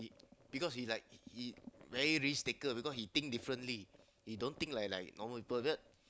because he like he he very risk taker because he think differently he don't think like like normal people because